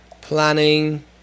planning